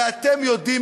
הרי אתם יודעים,